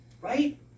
right